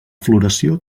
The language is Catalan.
floració